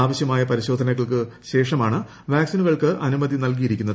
ആവശ്യമായ പരിശോധനകൾക്ക് ശേഷമാണ് വാക്സിനുകൾക്ക് അനുമതി നൽകിയിരിക്കുന്നത്